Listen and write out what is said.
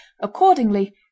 accordingly